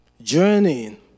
Journeying